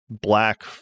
black